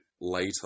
later